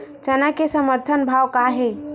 चना के समर्थन भाव का हे?